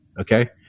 Okay